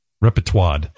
Repertoire